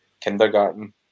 kindergarten